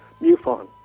MUFON